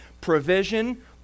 provision